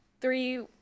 three